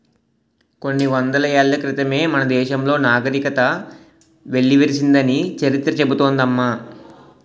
కొన్ని వందల ఏళ్ల క్రితమే మన దేశంలో నాగరికత వెల్లివిరిసిందని చరిత్ర చెబుతోంది అమ్మ